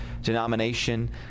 denomination